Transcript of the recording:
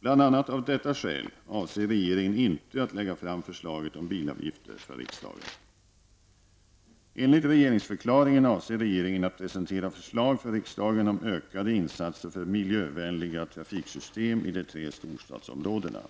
Bl.a. av detta skäl avser regeringen att inte lägga fram förslaget om bilavgifter för riksdagen. Enligt regeringsförklaringen avser regeringen att presentera förslag för riksdagen om ökade insatser för miljövänliga trafiksystem i de tre storstadsområdena.